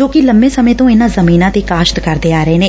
ਜੋ ਕਿ ਲੰਮੇ ਸਮੇਂ ਤੋਂ ਇਨੂਾਂ ਜੁਮੀਨਾਂ ਤੇ ਕਾਸ਼ਤ ਕਰਦੇ ਆ ਰਹੇ ਨੇ